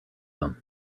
them